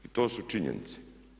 I to su činjenice.